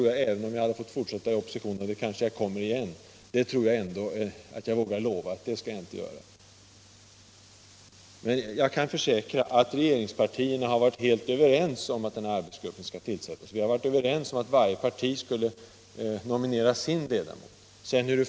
Jag kan försäkra fru Dahl att regeringspartierna har varit helt överens om att tillsätta denna arbetsgrupp. Vi har varit överens om att varje parti skulle få nominera sin ledamot.